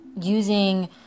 using